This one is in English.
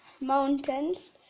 mountains